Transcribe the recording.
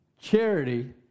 charity